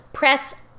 Press